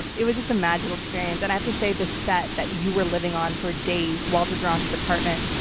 it it was just a magical experience and i have to say, the set that you were living on for days, walter duranty's apartment,